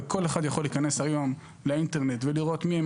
כל אחד יכול להיכנס היום לאינטרנט ולראות מי הם